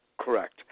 Correct